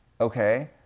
Okay